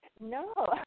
No